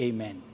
Amen